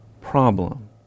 problem